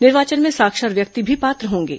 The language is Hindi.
निर्वाचन में साक्षर व्यक्ति भी पात्र होंगे